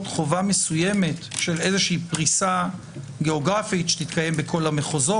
חובה מסוימת של פריסה גיאוגרפית שתתקיים בכל המחוזות?